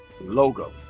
logo